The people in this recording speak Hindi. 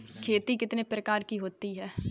खेती कितने प्रकार की होती है?